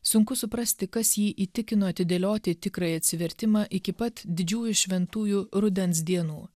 sunku suprasti kas jį įtikino atidėlioti tikrąjį atsivertimą iki pat didžiųjų šventųjų rudens dienų